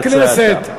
חברי הכנסת.